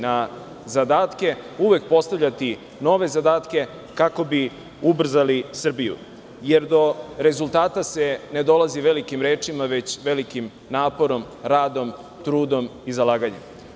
Na zadatke uvek postavljati nove zadatke kako bi ubrzali Srbiju, jer do rezultata se ne dolazi velikim rečima, već velikim naporom, radom, trudom i zalaganjem.